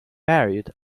married